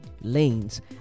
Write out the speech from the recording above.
lanes